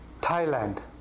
Thailand